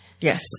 yes